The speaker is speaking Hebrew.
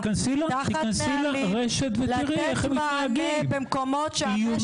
שהרשת --- תכנסי לרשת ותראי איך הם מתנהגים איומים,